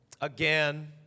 Again